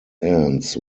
ends